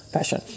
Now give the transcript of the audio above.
Passion